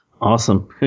Awesome